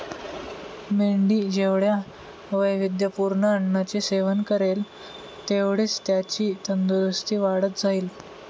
मेंढी जेवढ्या वैविध्यपूर्ण अन्नाचे सेवन करेल, तेवढीच त्याची तंदुरस्ती वाढत जाईल